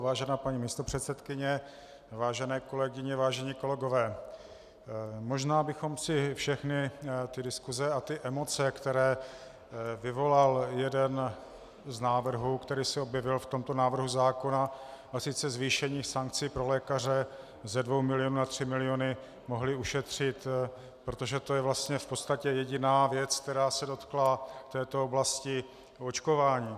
Vážená paní místopředsedkyně, vážené kolegyně, vážení kolegové, možná bychom si všechny diskuse a emoce, které vyvolal jeden z návrhů, který se objevil v tomto návrhu zákona, a sice zvýšení sankce pro lékaře z dvou milionů na tři miliony, mohli ušetřit, protože to je vlastně v podstatě jediná věc, která se dotkla této oblasti očkování.